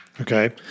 Okay